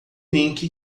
link